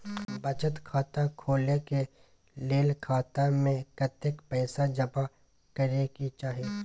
बचत खाता खोले के लेल खाता में कतेक पैसा जमा करे के चाही?